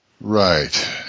Right